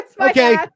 Okay